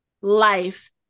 life